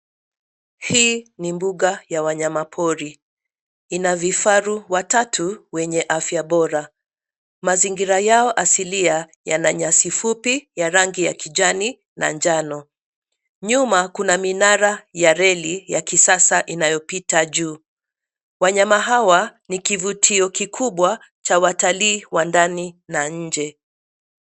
Hii ni mbuga ya wanyama pori, ina vifaru watatu wenye afya bora. Mazingira yao asili yana nyasi fupi ya rangi ya kijani na njano. Nyuma kuna minara ya reli ya kisasa inayopita juu. Wanyama hawa ni kivutio kikubwa cha watalii wa ndani na nje.